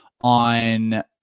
on